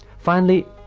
finally,